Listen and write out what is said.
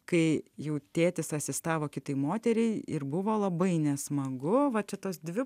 kai jau tėtis asistavo kitai moteriai ir buvo labai nesmagu va čia tos dvi